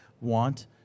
want